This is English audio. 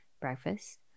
breakfast